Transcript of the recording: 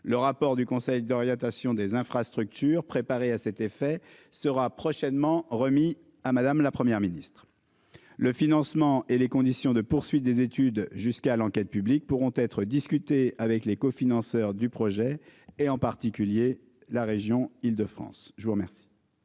Le rapport du conseil d'orientation des infrastructures préparé à cet effet sera prochainement remis à madame, la Première ministre. Le financement et les conditions de poursuit des études jusqu'à l'enquête publique pourront être discutés avec les co-financeurs du projet et en particulier la région Île-de-France, je vous remercie.